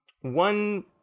One